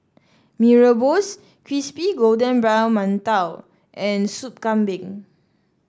Mee Rebus Crispy Golden Brown Mantou and Soup Kambing